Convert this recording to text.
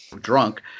drunk